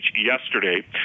yesterday